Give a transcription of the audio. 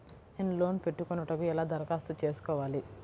నేను లోన్ పెట్టుకొనుటకు ఎలా దరఖాస్తు చేసుకోవాలి?